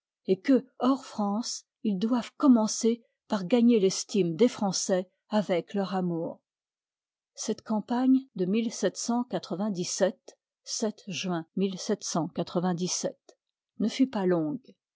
et que hors france ils doivent commencer par gagner l'estime des français avec leur amour cette campagne de ne fut pas longue